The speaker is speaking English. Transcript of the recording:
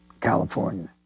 California